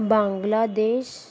Bangladesh